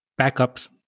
backups